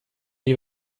die